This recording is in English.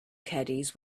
caddies